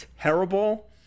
terrible